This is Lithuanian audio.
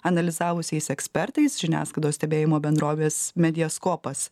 analizavusiais ekspertais žiniasklaidos stebėjimo bendrovės mediaskopas